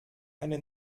eine